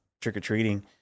trick-or-treating